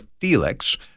Felix